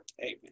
amen